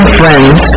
friends